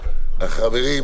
חברים,